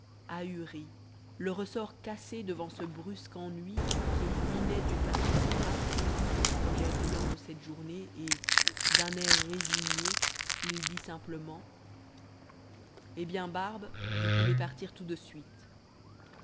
le ressort cassé devant ce brusque ennui qui ruinait d'une façon si imprévue le projet riant de cette journée et d'un air résigné il dit simplement eh bien barbe vous pouvez partir tout de suite